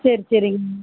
சரி சரிங்க